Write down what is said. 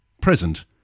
present